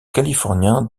californien